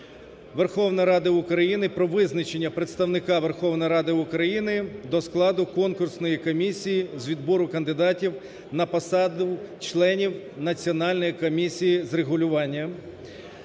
Верховної Ради України про визначення представника Верховної Ради України до складу Конкурсної комісії з відбору кандидатів на посади членів Національної комісії з регулювання